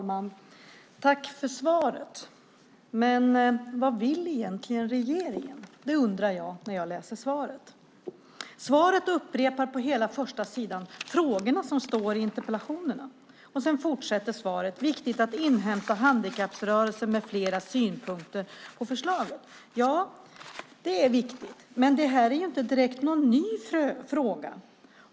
Herr talman! Jag tackar ministern för svaret. Men vad vill egentligen regeringen? Det undrar jag när jag läser svaret. Svaret upprepar på hela första sidan frågorna som står i interpellationerna. Svaret fortsätter sedan: Det är viktigt att inhämta handikapprörelsen med fleras synpunkter på förslaget. Ja, det är viktigt. Men det här är ju inte direkt någon ny fråga.